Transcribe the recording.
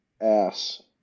ass